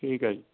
ਠੀਕ ਹੈ ਜੀ